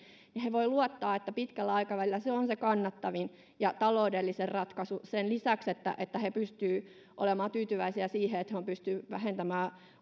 he voivat luottaa että pitkällä aikavälillä se on se kannattavin ja taloudellisin ratkaisu sen lisäksi että että he pystyvät olemaan tyytyväisiä siihen että he ovat pystyneet vähentämään